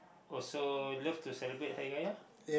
also love to celebrate Hari-Raya